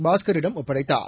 பாஸ்கரிடம் ஒப்படைத்தார்